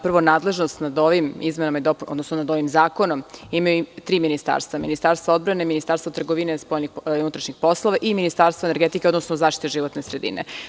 Prvo, nadležnost nad ovim zakonom imaju tri ministarstva – Ministarstvo odbrane, Ministarstvo trgovine, spoljnih i unutrašnjih poslova i Ministarstvo energetike, odnosno zaštite životne sredine.